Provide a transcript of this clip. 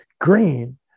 green